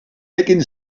nicking